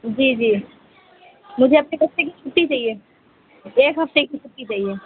جی جی مجھے اپنے بچے کی چھٹی چاہیے ایک ہفتے کی چھٹی چاہیے